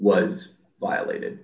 was violated